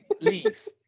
Leave